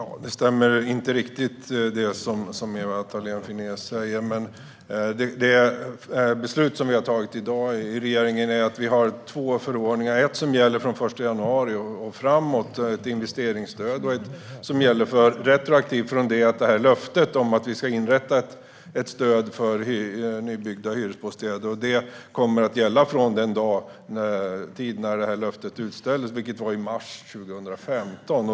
Herr talman! Det stämmer inte riktigt, det som Ewa Thalén Finné säger. Det beslut som vi i regeringen har fattat i dag handlar om två förordningar. En gäller från den 1 januari och framåt, ett investeringsstöd, och en gäller retroaktivt från den tid när löftet om att inrätta ett stöd för nybyggda hyresbostäder utställdes, vilket var i mars 2015.